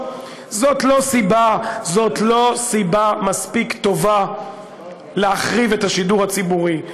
זאת לא סיבה מספיק טובה להחריב את השידור הציבורי.